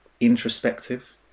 introspective